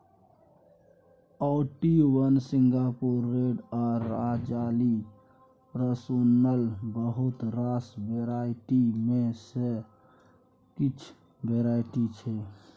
Ooty one, सिंगापुरी red आ राजाली रसुनक बहुत रास वेराइटी मे सँ किछ वेराइटी छै